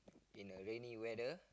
in a rainy weather